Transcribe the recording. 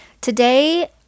today